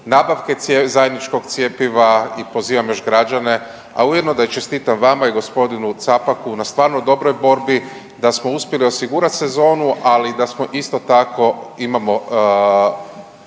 nabavke zajedničkog cjepiva i pozivam još građane, a ujedno da i čestitam vama i gospodinu Capaku na stvarno dobroj borbi da smo uspjeli osigurati sezonu, ali da smo isto tako imamo